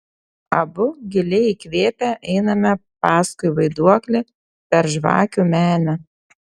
abu giliai įkvėpę einame paskui vaiduoklį per žvakių menę